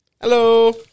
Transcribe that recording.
Hello